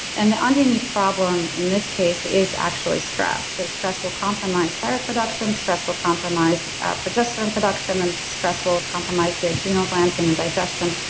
and the underneath problem, in this case, is actually stress. stress will compromise hair production. stress will compromise progesterone production, and stress will compromise the adrenal glands and the digestion,